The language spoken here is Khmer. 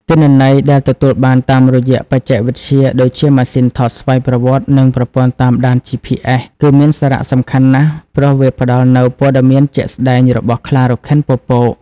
ទិន្នន័យដែលទទួលបានតាមរយៈបច្ចេកវិទ្យាដូចជាម៉ាស៊ីនថតស្វ័យប្រវត្តិ និងប្រព័ន្ធតាមដាន GPS គឺមាន សារៈសំខាន់ណាស់ ព្រោះវាផ្តល់នូវព័ត៌មានជាក់ស្តែងរបស់ខ្លារខិនពពក។